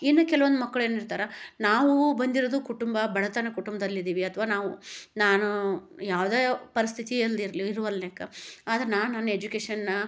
ಇನ್ನು ಕೆಲವೊಂದು ಮಕ್ಳು ಏನಿರ್ತಾರೆ ನಾವು ಬಂದಿರೋದು ಕುಟುಂಬ ಬಡತನ ಕುಟುಂಬ್ದಲ್ಲಿದ್ದೀವಿ ಅಥ್ವಾ ನಾವು ನಾನು ಯಾವುದೇ ಪರಿಸ್ಥಿತಿಯಲ್ಲಿರಲಿ ಇರುವಲ್ನ್ಯಾಕೆ ಆದರೆ ನಾನು ನನ್ನ ಎಜುಕೇಶನ್ನಾ